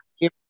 give